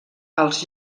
als